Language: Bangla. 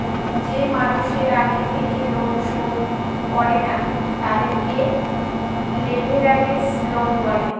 যে মানুষের আগে থেকে লোন শোধ করে না, তাদেরকে লেভেরাগেজ লোন বলে